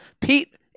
Pete